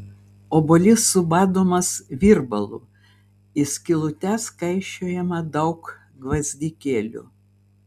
obuolys subadomas virbalu į skylutes kaišiojama daug gvazdikėlių